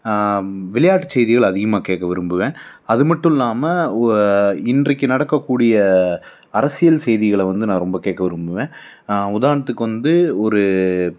விளையாட்டு செய்திகள் அதிகமாக கேட்க விரும்புவேன் அது மட்டும் இல்லாமல் இன்றைக்கு நடக்கக்கூடிய அரசியல் செய்திகளை வந்து நான் ரொம்ப கேட்க விரும்புவேன் உதாரணத்துக்கு வந்து ஒரு